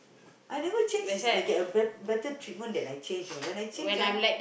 I never change is I get a better better treatment then I change you know when I change ah